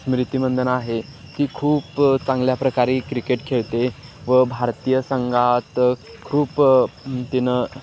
स्मृती मंदना आहे ती खूप चांगल्या प्रकारे क्रिकेट खेळते व भारतीय संघात खूप तिनं